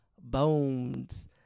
Bones